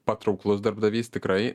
patrauklus darbdavys tikrai